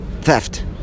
theft